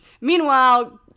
meanwhile